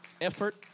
effort